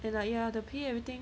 the like ya the pay everything